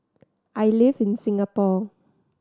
I live in Singapore